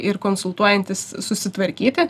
ir konsultuojantis susitvarkyti